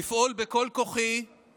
לפעול בכל כוחי למען